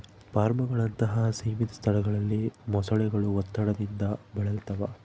ಫಾರ್ಮ್ಗಳಂತಹ ಸೀಮಿತ ಸ್ಥಳಗಳಲ್ಲಿ ಮೊಸಳೆಗಳು ಒತ್ತಡದಿಂದ ಬಳಲ್ತವ